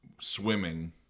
swimming